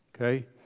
Okay